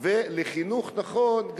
וחינוך נכון,